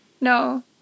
No